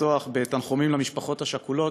לפתוח בתנחומים למשפחות השכולות,